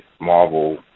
Marvel